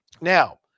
Now